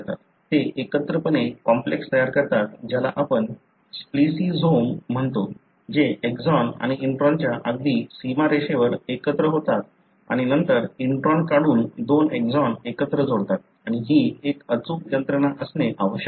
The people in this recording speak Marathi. ते एकत्रितपणे कॉम्प्लेक्स तयार करतात ज्याला आपण स्प्लिसिझोम म्हणतो जे एक्सॉन आणि इंट्रॉनच्या अगदी सीमारेषेवर एकत्र होतात आणि नंतर इंट्रॉन काढून दोन एक्सॉन एकत्र जोडतात आणि ही एक अचूक यंत्रणा असणे आवश्यक आहे